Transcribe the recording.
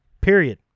Period